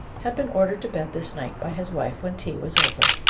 had been ordered to bed this night by his wife when tea was over.